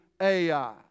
Ai